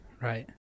right